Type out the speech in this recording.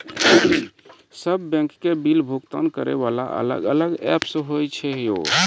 सब बैंक के बिल भुगतान करे वाला अलग अलग ऐप्स होय छै यो?